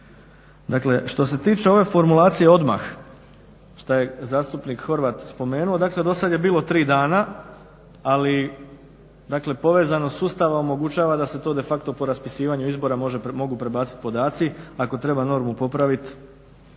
što se tiče ove formulacije odmah šta je zastupnik Horvat spomenuo dakle do sada je bilo tri dana ali povezanost sustava omogućava da se to de facto po raspisivanju izbora mogu prebacit podaci, ako treba normu popravit